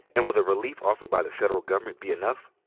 and will the relief offered by the federal government be enough?